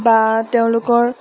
বা তেওঁলোকৰ